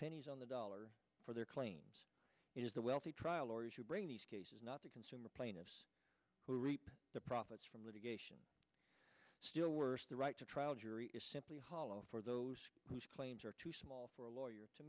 pennies on the dollar for their claims it is the wealthy trial lawyers who bring these cases not the consumer plaintiffs who reap the profits from litigation still worse the right to trial jury is simply hollow for those whose claims are too small for a lawyer to